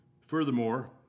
Furthermore